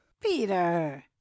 Peter